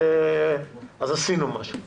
אז עשינו משהו.